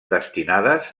destinades